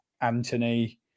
Anthony